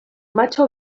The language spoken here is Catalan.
matxo